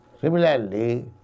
Similarly